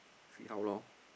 see how lor